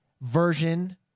version